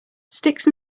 sticks